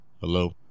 Hello